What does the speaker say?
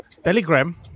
Telegram